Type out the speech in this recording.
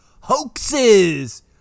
hoaxes